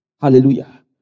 Hallelujah